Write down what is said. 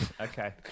Okay